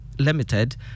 Limited